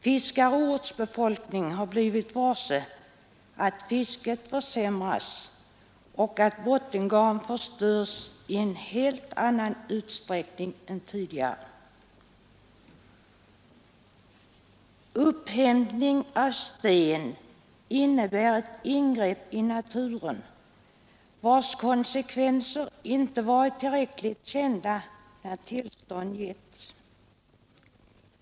Fiskare och ortsbefolkning har blivit varse att fisket försämrats och att bottengarn förstörs i en helt annan utsträckning än tidigare. Upphämtningen av sten innebär ett ingrepp i naturen vars konsekvenser inte har varit tillräckligt kända när tillstånd getts.